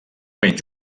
menys